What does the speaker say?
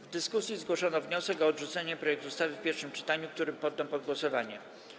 W dyskusji zgłoszono wniosek o odrzucenie projektu ustawy w pierwszym czytaniu, który poddam pod głosowanie.